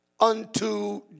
unto